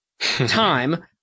time